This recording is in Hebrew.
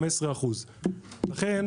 15%. לכן,